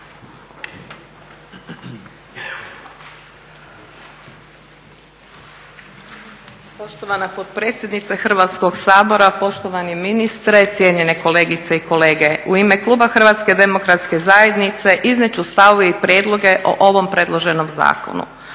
Poštovana potpredsjednice Hrvatskog sabora, poštovani ministre, cijenjene kolegice i kolege. U ime kluba HDZ-a iznijet ću stavove i prijedloge o ovom predloženom zakonu.